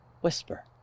whisper